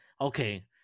okay